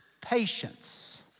patience